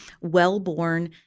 well-born